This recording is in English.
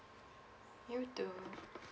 you too